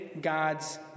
God's